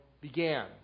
began